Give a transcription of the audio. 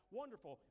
wonderful